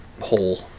hole